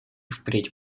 впредь